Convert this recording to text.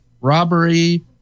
robbery